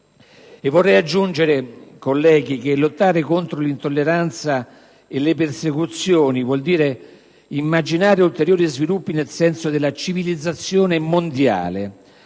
Vorrei aggiungere, colleghi, che lottare contro l'intolleranza e le persecuzioni vuol dire compiere ulteriori passi avanti verso la civilizzazione mondiale.